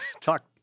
talk